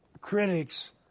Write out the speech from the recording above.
critics